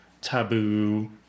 taboo